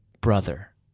Brother